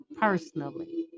personally